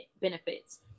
benefits